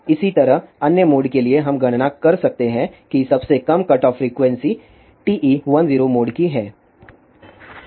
इसी तरह अन्य मोड के लिए हम गणना कर सकते हैं कि सबसे कम कटऑफ फ्रीक्वेंसी TE10 मोड की है